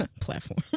platform